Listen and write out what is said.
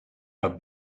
are